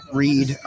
read